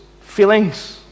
feelings